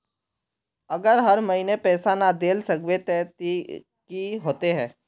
अगर हर महीने पैसा ना देल सकबे ते की होते है?